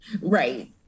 Right